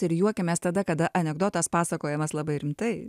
ir juokiamės tada kada anekdotas pasakojamas labai rimtai